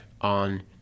on